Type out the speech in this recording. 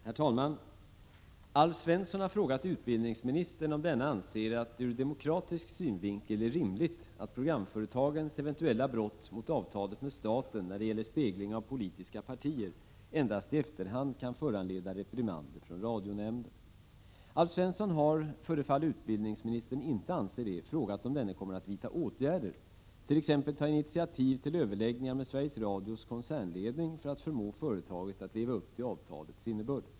Herr talman! Alf Svensson har frågat utbildningsministern om denne anser att det ur demokratisk synvinkel är rimligt att programföretagens eventuella brott mot avtalet med staten när det gäller spegling av politiska partier endast i efterhand kan föranleda reprimander från radionämnden. Alf Svensson har —- för det fall utbildningsministern inte anser det — frågat om denne kommer att vidta åtgärder, t.ex. ta initiativ till överläggningar med Sveriges Radios koncernledning för att förmå företaget att leva upp till avtalets innebörd.